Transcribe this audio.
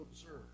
observe